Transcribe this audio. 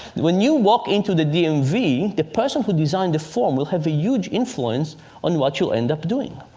when you walk into the dmv, and the the person who designed the form will have a huge influence on what you'll end up doing.